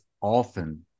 often